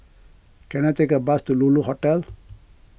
can I take a bus to Lulu Hotel